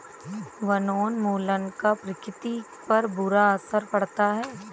वनोन्मूलन का प्रकृति पर बुरा असर पड़ता है